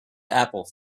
apple